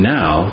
now